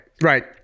right